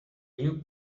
new